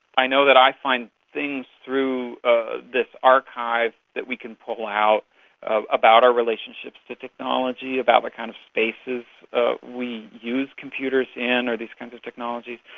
i know that i find things through ah this archive that we can pull out about our relationships to technology, about what kind of spaces ah we use computers in or these kind of technologies.